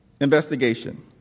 investigation